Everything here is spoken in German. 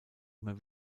immer